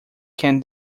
can